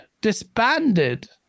Disbanded